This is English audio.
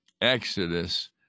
Exodus